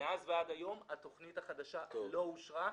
מאז ועד היום התוכנית החדשה לא אושרה.